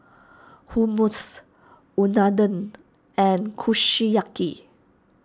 Hummus Unadon and Kushiyaki